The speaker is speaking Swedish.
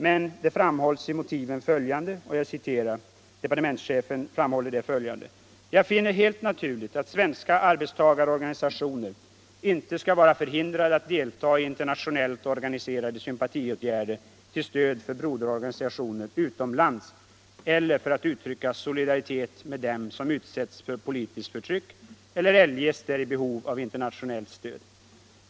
Departementschefen framhåller följande i motiven till lagen: ”Jag finner helt naturligt att svenska arbetstagarorganisationer inte skall vara förhindrade att delta i internationellt organiserade sympatiåtgärder till stöd för broderorganisationer utomlands eller för att uttrycka solidaritet med dem som utsätts för politiskt förtryck eller eljest är i behov av internationellt stöd.